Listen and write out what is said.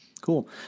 Cool